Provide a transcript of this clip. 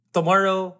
Tomorrow